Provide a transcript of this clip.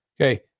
okay